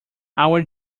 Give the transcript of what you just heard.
our